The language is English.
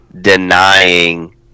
denying